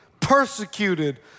persecuted